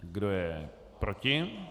Kdo je proti?